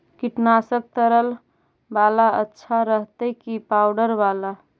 कीटनाशक तरल बाला अच्छा रहतै कि पाउडर बाला?